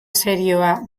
serioa